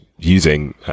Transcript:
Using